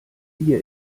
ihr